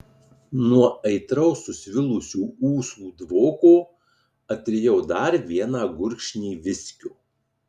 nuo aitraus susvilusių ūsų dvoko atrijau dar vieną gurkšnį viskio